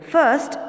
First